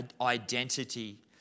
identity